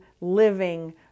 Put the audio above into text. living